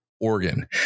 Oregon